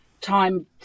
time